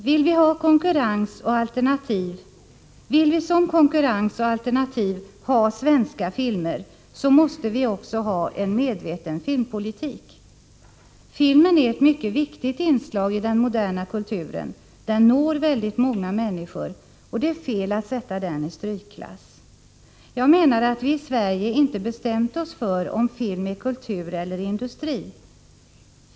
Vill vi som konkurrens och alternativ ha svenska filmer, då måste vi också ha en medveten filmpolitik. Filmen är ett mycket viktigt inslag i den moderna kulturen, den når väldigt många människor, och det är fel att sätta den i strykklass. Jag menar att vi i Sverige inte bestämt oss för om film är kultur eller industri.